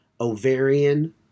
Ovarian